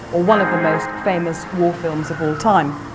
or one of the most famous war films of all time.